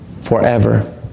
forever